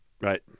Right